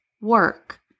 work